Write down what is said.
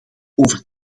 over